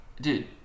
Dude